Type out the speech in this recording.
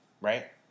right